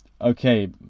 okay